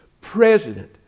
president